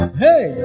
hey